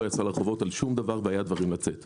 יצא לרחובות על שום דבר והיו דברים לצאת בגינם.